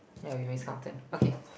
ya we miscounted okay